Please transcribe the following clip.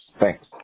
Thanks